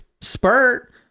spurt